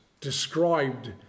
described